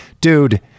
dude